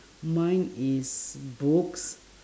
mine is books